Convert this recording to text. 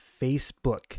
Facebook